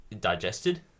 digested